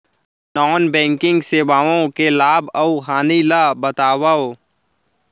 non banking सेवाओं के लाभ अऊ हानि ला बतावव